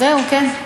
זהו, כן.